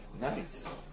nice